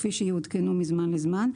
כפי שיעודכנו מזמן לזמן,